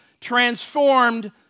transformed